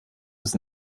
des